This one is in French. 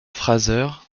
fraser